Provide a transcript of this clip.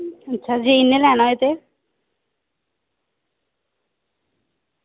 ते अच्छा अगर इंया लैनां होऐ ते